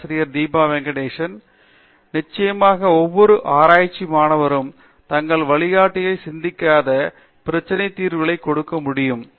பேராசிரியர் தீபா வெங்கடேசன் நிச்சயமாக ஒவ்வொரு ஆராய்ச்சி மாணவரும் தங்கள் வழிகாட்டி சிந்திக்காத பிரச்சனை தீர்வுகளை கொடுக்க முடியும்